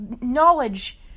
Knowledge